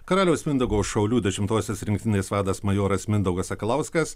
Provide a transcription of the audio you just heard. karaliaus mindaugo šaulių dešimtosios rinktinės vadas majoras mindaugas sakalauskas